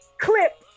clip